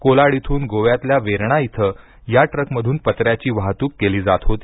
कोलाड इथून गोव्यातल्या वेर्णा इथं या ट्रकमधून पत्र्याची वाहतूक केली जात होती